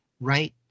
right